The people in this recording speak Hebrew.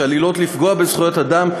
שעלולות לפגוע בזכויות אדם,